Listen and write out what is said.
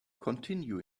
continue